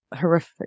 horrific